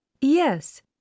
Yes